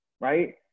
right